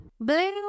Blue